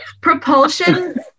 Propulsion